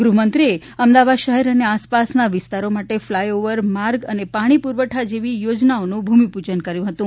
ગૃહમંત્રીએ અમદાવાદ શહેર અને આસપાસના વિસ્તારો માટે ફલાય ઓવર માર્ગ અને પાણી પુરવઠા જેવી યોજનાઓનુ ભૂમિપૂજન કર્યુ હતુ